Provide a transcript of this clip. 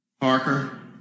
Parker